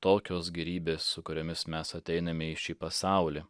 tokios gėrybės su kuriomis mes ateiname į šį pasaulį